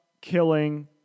killing